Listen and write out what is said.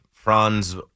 Franz